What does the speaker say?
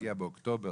להגיע באוקטובר,